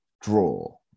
draw